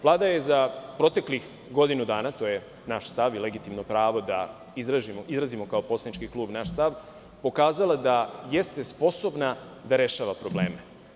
Vlada je za proteklih godinu dana, to je naš stav i legitimno pravo da izrazimo kao poslanički klub naš stav, pokazala da jeste sposobna da rešava probleme.